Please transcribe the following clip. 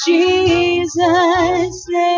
Jesus